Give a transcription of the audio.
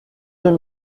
deux